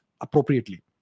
appropriately